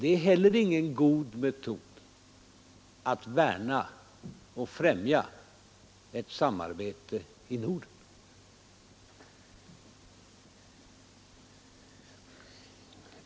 Det är heller inte en god metod att värna och främja ett samarbete i Norden.